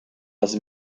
das